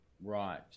Right